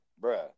bruh